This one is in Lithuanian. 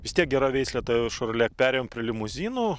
vis tiek gera veislė ta šorolė perėjom prie limuzinų